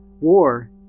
War